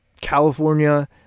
California